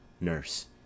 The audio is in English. Nurse